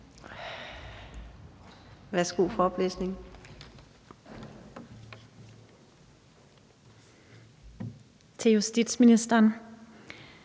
Værsgo for oplæsning